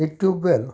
he tube well